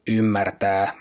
ymmärtää